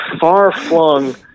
far-flung